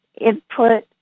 input